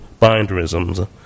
binderisms